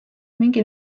mingil